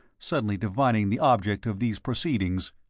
suddenly divining the object of these proceedings,